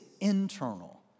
internal